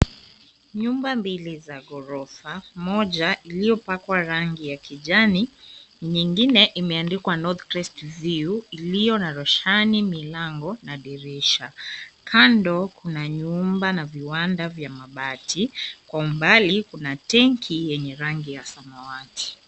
Nyumba mbili za gorofa moja iliyopakwa rangi ya kijani nyingine imeandikwa north krest view iliyo na roshani milango na dirisha kando kuna nyumba na viwanda vya mabati kwa umbali kuna tenki yenye rangi ya samawati.